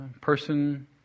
person